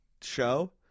show